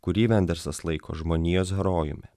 kurį vendersas laiko žmonijos herojumi